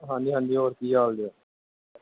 ਹਾਂਜੀ ਹਾਂਜੀ ਹੋਰ ਕੀ ਹਾਲ ਜੀ